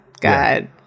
God